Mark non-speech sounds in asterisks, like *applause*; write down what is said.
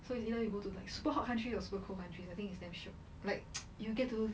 so you you know you go to like super hot countries or super cold countries I think it's damn shiok like *noise* you'll get to